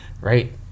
Right